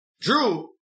Drew